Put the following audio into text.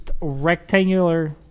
rectangular